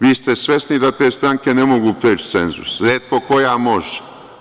Vi ste svesni da te stranke ne mogu preći cenzus, retko koja može.